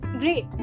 Great